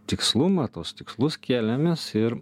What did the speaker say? tikslumą tuos tikslus kėlėmės ir